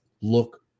look